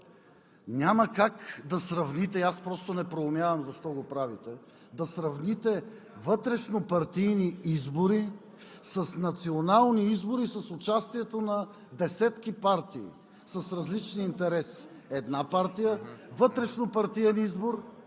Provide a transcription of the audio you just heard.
– да сравните вътрешнопартийни избори с национални избори с участието на десетки партии с различни интереси. Една партия – вътрешнопартиен избор,